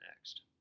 next